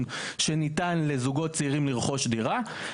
שניתנים לזוגות צעירים בשביל לרכוש דירה.